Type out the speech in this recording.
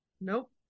Nope